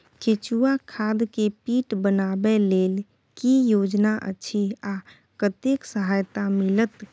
केचुआ खाद के पीट बनाबै लेल की योजना अछि आ कतेक सहायता मिलत?